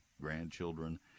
grandchildren